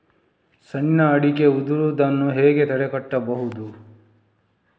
ಸಣ್ಣ ಅಡಿಕೆ ಉದುರುದನ್ನು ಹೇಗೆ ತಡೆಗಟ್ಟಬಹುದು?